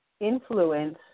influence